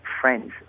friends